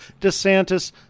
DeSantis